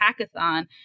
hackathon